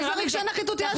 איזה רגשי נחיתות יש לי?